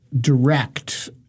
direct